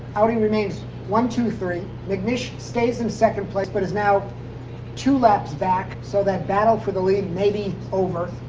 audi remains one, two, three. mcnish stays in second place. but is now two laps back. so that battle for the lead may be over.